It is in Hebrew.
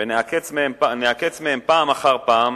וניעקץ מהם פעם אחר פעם,